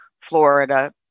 Florida